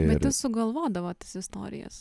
bet jis sugalvodavo tas istorijas